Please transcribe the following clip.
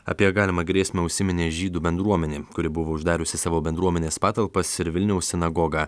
apie galimą grėsmę užsiminė žydų bendruomenė kuri buvo uždariusi savo bendruomenės patalpas ir vilniaus sinagogą